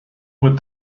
with